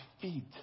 feet